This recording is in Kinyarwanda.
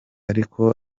ariko